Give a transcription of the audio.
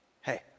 Hey